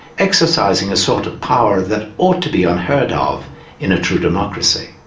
exercising a sort of power that ought to be unheard of in a true democracy.